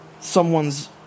someone's